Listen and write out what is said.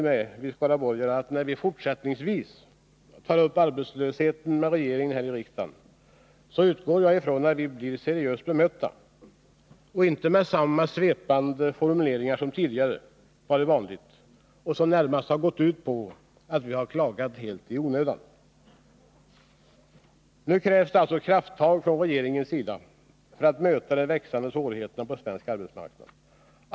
När vi skaraborgare fortsättningsvis tar upp arbetslösheten med regeringen här i riksdagen, utgår jag ifrån att vi blir seriöst bemötta och inte möts med samma svepande formuleringar som tidigare varit vanliga och som närmast har gått ut på att vi klagat helt i onödan. Nu krävs det krafttag från regeringens sida för att möta de växande svårigheterna på svensk arbetsmarknad.